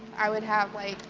i would have, like,